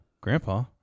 Grandpa